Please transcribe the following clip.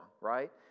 right